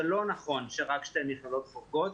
זה לא נכון שרק שתי מכללות חורגות.